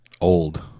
Old